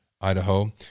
Idaho